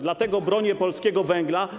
Dlatego bronię polskiego węgla.